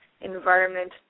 environment